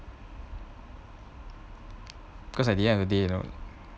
cause at the end of the day you know